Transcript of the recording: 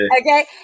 Okay